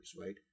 right